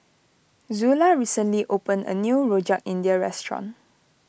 Zula recently opened a new Rojak India restaurant